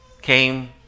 came